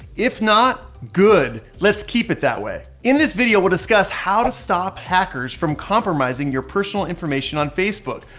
if not, good, let's keep it that way. in this video, we'll discuss how to stop hackers from compromising your personal information on facebook,